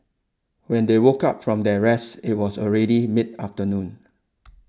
when they woke up from their rest it was already mid afternoon